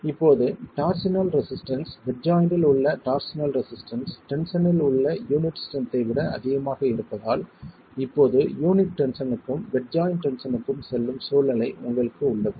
இப்போது torsional resistance bed ஜாய்ண்ட்டில் உள்ள டார்ஸினல் ரெசிஸ்டன்ஸ் டென்ஷனில் உள்ள யூனிட் ஸ்ட்ரென்த்தை விட அதிகமாக இருந்தால் இப்போது யூனிட் டென்ஷனுக்கும் பெட் ஜாய்ண்ட் டென்ஷக்கும் செல்லும் சூழ்நிலை உங்களுக்கு உள்ளது